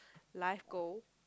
life goal